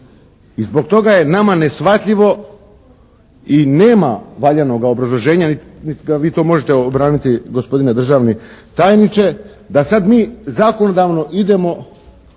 i zbog toga je nama neshvatljivo i nema valjanoga obrazloženja niti ga vi to možete obraniti gospodine državni tajniče da sad mi zakonodavno idemo